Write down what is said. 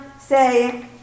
say